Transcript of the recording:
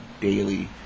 daily